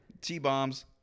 T-bombs